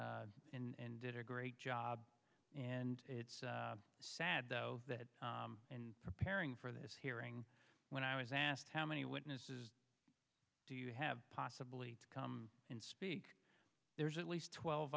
country and and did a great job and it's sad though that in preparing for this hearing when i was asked how many witnesses do you have possibly come in speak there's at least twelve